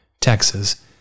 Texas